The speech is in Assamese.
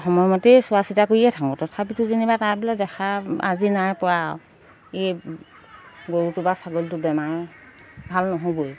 সময়মতেই চোৱা চিতা কৰিয়ে থাকোঁ তথাপিতো যেনিবা তাৰ বোলে দেখা আজি নাই পৰা এই গৰুটো বা ছাগলীটো বেমাৰ ভাল নহ'বই